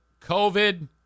COVID